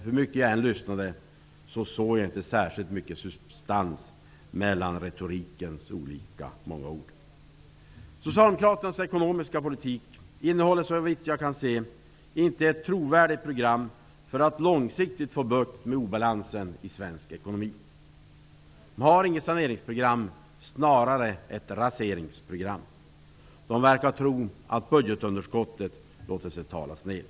Hur mycket jag än lyssnade fann jag inte särskilt mycket substans i de många retoriska orden. Socialdemokraternas ekonomiska politik innehåller, såvitt jag kan se, inte något trovärdigt program för att långsiktigt få bukt med obalansen i ekonomin. Det finns inget saneringsprogram. Det är snarare ett raseringsprogram. Socialdemokraterna verkar tro att budgetunderskottet låter sig talas ned.